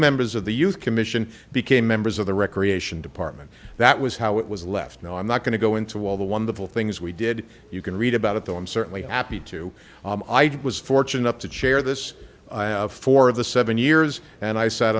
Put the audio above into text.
members of the youth commission became members of the recreation department that was how it was left no i'm not going to go into all the wonderful things we did you can read about it though i'm certainly happy to i did was fortune up to chair this for the seven years and i sat